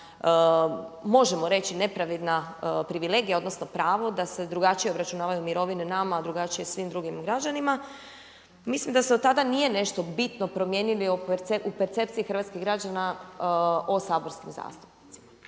možemo reći nepravedna privilegija, odnosno pravo da se drugačije obračunavaju mirovine nama a drugačije svim drugim građanima. Mislim da se od tada nije nešto bitno promijenilo u percepciji hrvatskih građana o saborskim zastupnicima.